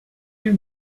you